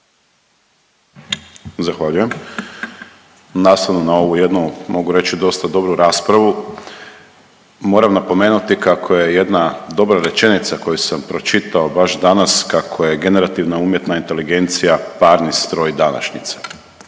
Zahvaljujem. Nastavno na ovu jednu mogu reći dosta dobru raspravu, moram napomenuti kako je jedna dobra rečenica koju sam pročitao baš danas kako je generativna umjetna inteligencija parni stroj današnjice.